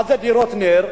מה זה דירות נ"ר?